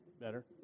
Better